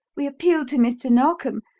we appealed to mr. narkom,